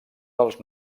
dels